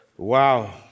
Wow